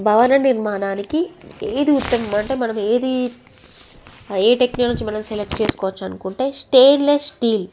భవన నిర్మాణానికి ఏది ఉత్తమమైనది అంటే మనం ఏది అయ్యే టెక్నాలజీ నుంచి మనం సెలెక్ట్ చేసుకోవచ్చు అనుకుంటే స్టెయిన్ లెస్ స్టీల్